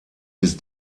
bis